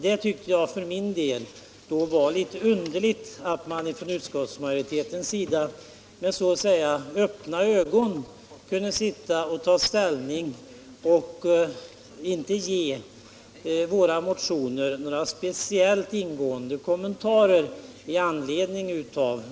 Jag tyckte därför att det var litet underligt att utskottsmajoriteten med så att säga öppna ögon kunde ta ställning till våra motioner utan att göra några speciellt ingående kommentarer.